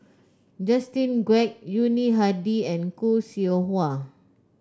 Justin Quek Yuni Hadi and Khoo Seow Hwa